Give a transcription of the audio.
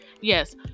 yes